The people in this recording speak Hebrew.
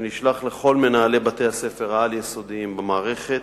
שנשלח לכל מנהלי בתי-הספר העל-יסודיים במערכת,